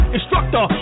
Instructor